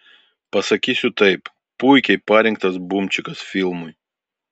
pasakysiu taip puikiai parinktas bumčikas filmui